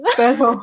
pero